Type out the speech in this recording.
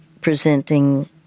presenting